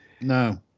No